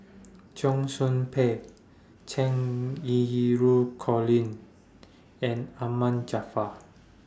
Cheong Soo Pieng Cheng Xinru Colin and Ahmad Jaafar